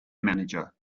manager